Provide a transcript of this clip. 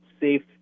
safe